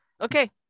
Okay